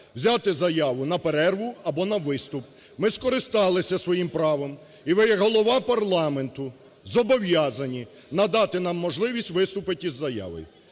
взяти заяву на перерву або на виступ, ми скористалися своїм правом. І ви, як Голова парламенту, зобов'язані надати нам можливість виступити з заявою.